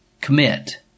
commit